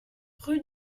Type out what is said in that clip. rue